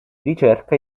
ricerca